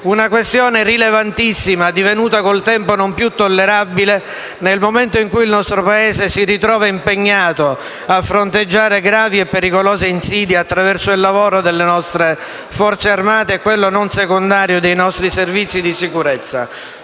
Una questione rilevantissima, divenuta con il tempo non più tollerabile, nel momento in cui il nostro Paese si ritrova impegnato a fronteggiare gravi e pericolose insidie attraverso il lavoro delle nostre Forze armate e quello non secondario dei nostri servizi di sicurezza.